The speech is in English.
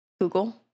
Google